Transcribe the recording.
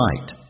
light